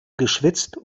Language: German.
geschwitzt